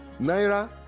naira